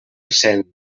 cent